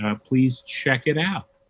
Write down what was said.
um please check it out.